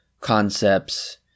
concepts